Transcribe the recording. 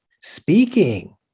speaking